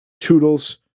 toodles